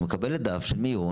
את מקבלת דף מיון,